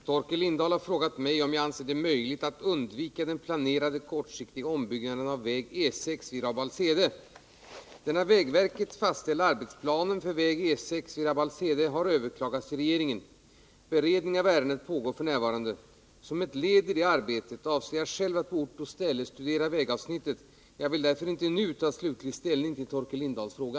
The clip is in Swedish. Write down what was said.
Herr talman! Torkel Lindahl har frågat mig om jag anser det möjligt att undvika den planerade kortsiktiga ombyggnaden av väg E 6 vid Rabbalshede. Den av vägverket fastställda arbetsplanen för väg E 6 vid Rabbalshede har överklagats till regeringen. Beredning av ärendet pågår f. n. Som ett led i detta arbete avser jag själv att på ort och ställe studera vägavsnittet. Jag vill därför inte nu ta slutlig ställning till Torkel Lindahls fråga.